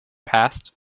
passed